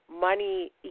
Money